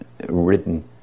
written